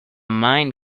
mine